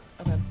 Okay